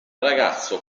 ragazzo